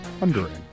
wondering